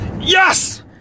Yes